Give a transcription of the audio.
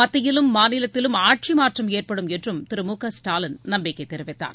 மத்தியிலும் மாநிலத்திலும் ஆட்சி மாற்றம் ஏற்படும் என்றும் திரு மு க ஸ்டாலின் நம்பிக்கை தெரிவித்தார்